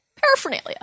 paraphernalia